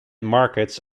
markets